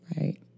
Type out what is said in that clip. right